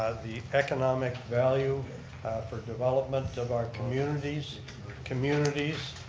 the economic value for development of our communities communities